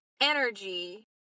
energy